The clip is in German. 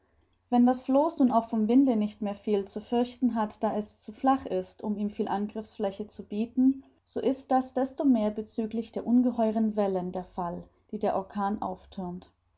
wenn das floß nun auch vom winde nicht mehr viel zu fürchten hat da es zu flach ist um ihm viel angriffsfläche zu bieten so ist das desto mehr bezüglich der ungeheuren wellen der fall die der orkan aufthürmt